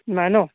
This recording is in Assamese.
নাই নহ্